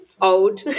old